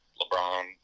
LeBron